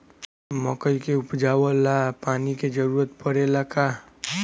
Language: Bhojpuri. मकई के उपजाव ला पानी के जरूरत परेला का?